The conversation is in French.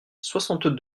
soixante